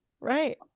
Right